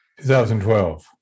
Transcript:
2012